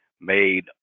made